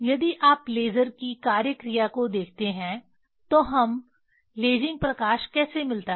यदि आप लेज़र की कार्य क्रिया को देखते हैं तो हमें लेज़िंग प्रकाश कैसे मिलता है